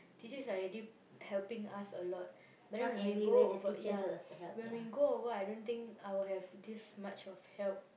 teachers are already helping us a lot but then when we go over ya when we go over I don't think I will have this much of help